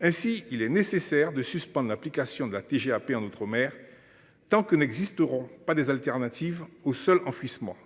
Ainsi qu'il est nécessaire de suspendre l'application de la TGAP en outre-mer. Tant que n'existeront pas des alternatives au seul enfouissement.